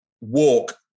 walk